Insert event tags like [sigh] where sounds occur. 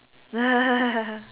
[laughs]